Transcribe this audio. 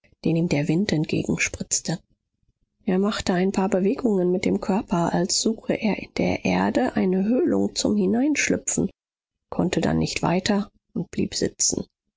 den ihm der wind entgegenspritzte er machte ein paar bewegungen mit dem körper als suche er in der erde eine höhlung zum hineinschlüpfen konnte dann nicht weiter und blieb sitzen